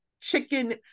chicken